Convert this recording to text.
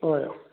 ꯍꯣꯏ